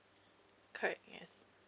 correct yes